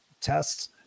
tests